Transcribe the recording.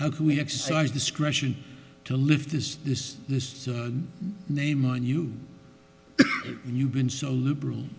how can we exercise discretion to lift this this this name on you and you've been so liberal